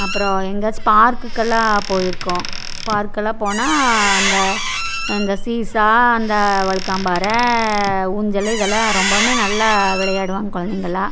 அப்புறோம் எங்கேயாச்சும் ஸ்பார்க்குக்கெல்லாம் போயிருக்கோம் பார்க்கெல்லாம் போனால் அந்த இந்த ஸீசா அந்த வழுக்காம் பாறை ஊஞ்சல் இது எல்லாம் ரொம்பவும் நல்லா விளையாடுவாங்க குழந்தைங்களாம்